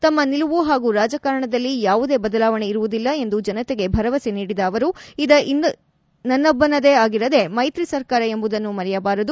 ತಮ್ಮ ನಿಲುವು ಹಾಗೂ ರಾಜಕಾರಣದಲ್ಲಿ ಯಾವುದೇ ಬದಲಾವಣೆ ಇರುವುದಿಲ್ಲ ಎಂದು ಜನತೆಗೆ ಭರವಸೆ ನೀಡಿದ ಅವರು ಇದ ನನ್ನೊಬ್ಬನದೇ ಆಗಿರದೇ ಮೈತ್ರಿ ಸರ್ಕಾರ ಎಂಬುದನ್ನು ಮರೆಯಬಾರದು